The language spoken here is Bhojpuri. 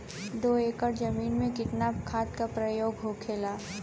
दो एकड़ जमीन में कितना खाद के प्रयोग होखेला?